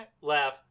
laugh